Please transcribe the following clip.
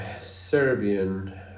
Serbian